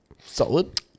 Solid